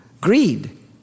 Greed